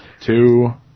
two